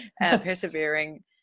Persevering